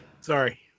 Sorry